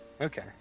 okay